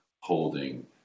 holding